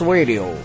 Radio